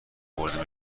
برده